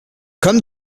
comme